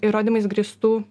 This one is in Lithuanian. įrodymais grįstų